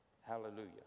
hallelujah